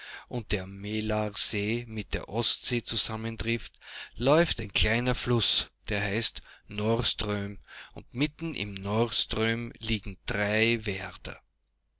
und der mälarsee mit der ostsee zusammentrifft läuft ein kleiner fluß der heißt norrström und mitten im norrströmliegendreiwerder anfangs waren